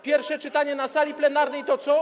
Pierwsze czytanie na sali plenarnej to co?